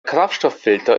kraftstofffilter